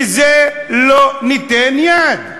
לזה לא ניתן יד.